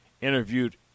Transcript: interviewed